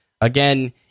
again